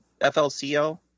flco